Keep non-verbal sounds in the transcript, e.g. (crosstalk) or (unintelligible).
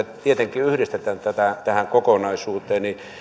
(unintelligible) tietenkin yhdistetään tähän kokonaisuuteen niin